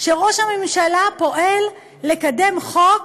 שראש הממשלה פועל לקדם חוק,